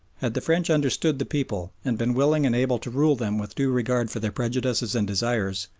had the french understood the people and been willing and able to rule them with due regard for their prejudices and desires,